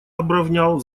обровнял